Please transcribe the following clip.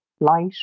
light